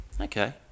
okay